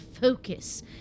focus